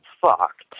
fucked